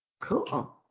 Cool